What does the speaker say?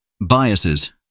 Biases